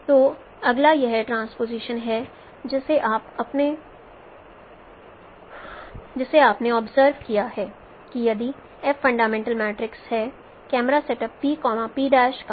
तो अगला यह ट्रांसपोजीशन है जिसे आपने ऑब्जर्व किया है कि यदि F फंडामेंटल मैट्रिक्स है कैमरा सेटअप P P का